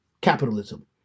capitalism